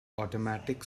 automatic